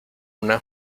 una